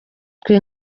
twe